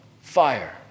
fire